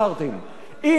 אם זה לא משבר,